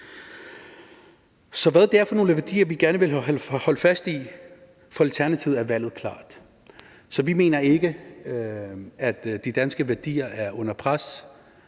Så hvad er det for nogle værdier, vi gerne vil holde fast i? For Alternativet er valget klart. Vi mener ikke, at de danske værdier er under pres.